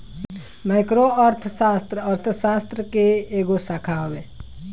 micro अर्थशास्त्र, अर्थशास्त्र के एगो शाखा हवे